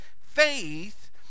faith